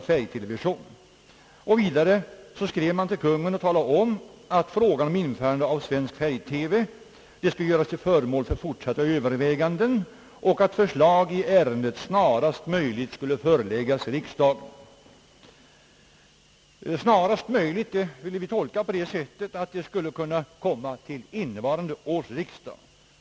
I skrivelsen till Kungl. Maj:t sades vidare, att frågan om införande av svensk färg-TV borde göras till föremål för fortsatta överväganden och att förslag i ärendet snarast möjligt borde föreläggas riksdagen. Orden »snarast möjligt» ville vi tolka så, att förslaget skulle kunna föreläggas innevarande års riksdag.